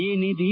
ಈ ನಿಧಿ